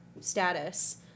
status